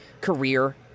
career